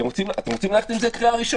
אתם רוצים ללכת עם זה לקריאה הראשונה,